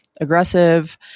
aggressive